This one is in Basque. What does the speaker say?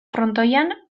frontoian